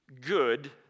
Good